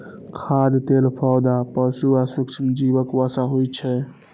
खाद्य तेल पौधा, पशु आ सूक्ष्मजीवक वसा होइ छै